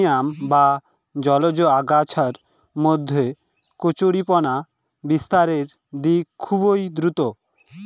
parthenium বা জলজ আগাছার মধ্যে কচুরিপানা বিস্তারের দিক খুবই দ্রূত